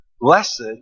Blessed